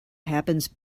happens